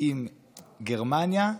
עם גרמניה,